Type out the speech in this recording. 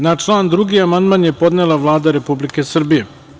Na član 2. amandman je podnela Vlada Republike Srbije.